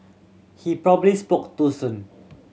he probably spoke too soon